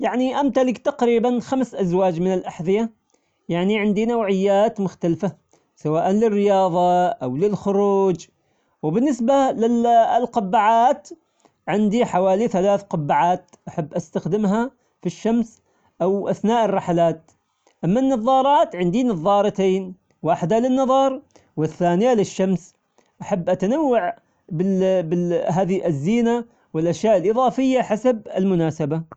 يعني أمتلك تقريبا خمس أزواج من الأحذية يعني عندي نوعيات مختلفة سواء للرياضة أو للخروج، وبالنسبة للقبعات عندي حوالي ثلاث قبعات أحب استخدمها في الشمس أو أثناء الرحلات، أما النظارات عندي نظارتين واحدة للنظر والثانية للشمس، أحب أتنوع هذه الزينة والأشياء الإضافية حسب المناسبة.